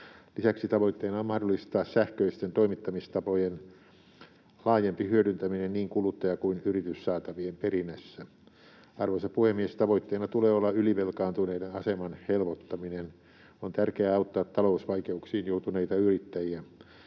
Lisäksi tavoitteena on mahdollistaa sähköisten toimittamistapojen laajempi hyödyntäminen niin kuluttaja- kuin yrityssaatavien perinnässä. Arvoisa puhemies! Tavoitteena tulee olla ylivelkaantuneiden aseman helpottaminen. On tärkeää auttaa talousvaikeuksiin joutuneita yrittäjiä.